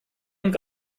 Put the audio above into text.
und